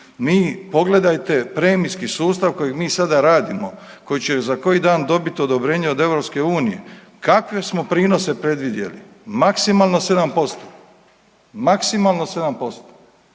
Mi pogledajte premijski sustav kojeg mi sada radimo, koji će za koji dan dobiti odobrenje od EU, kakve smo prinose predvidjeli? Maksimalno 7%. maksimalno 7%,